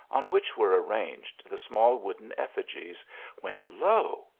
on which were arranged the small wooden effigies when lo!